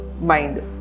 mind